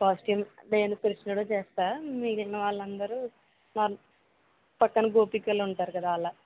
costume నేను కృష్ణుడు చేస్తా మిగిలిన వాళ్ళందరూ పక్కన గోపికలు ఉంటారు కదా అలా